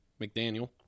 McDaniel